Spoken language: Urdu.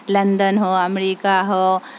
لندن ہو امریکہ ہو